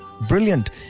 Brilliant